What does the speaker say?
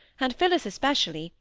and phillis especially,